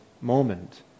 moment